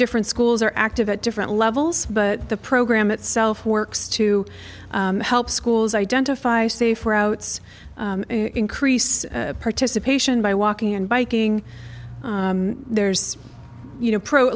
different schools are active at different levels but the program itself works to help schools identify safe routes increase participation by walking and biking there's you know pro